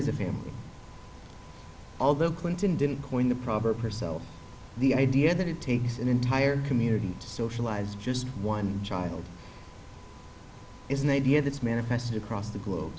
is a family although clinton didn't coin the proverb herself the idea that it takes an entire community to socialize just one child is an idea that's manifest across the globe